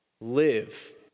live